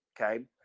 Okay